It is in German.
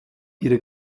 ihre